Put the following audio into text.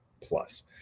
plus